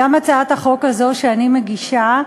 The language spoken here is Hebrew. גם הצעת החוק הזאת שאני מגישה